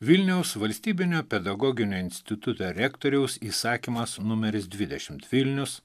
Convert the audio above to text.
vilniaus valstybinio pedagoginio instituto rektoriaus įsakymas numeris dvidešimt vilnius